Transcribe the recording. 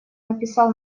написал